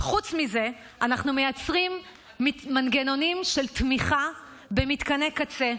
חוץ מזה אנחנו מייצרים מנגנונים של תמיכה במתקני קצה,